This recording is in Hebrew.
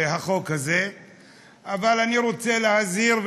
אבל אני רוצה להזהיר,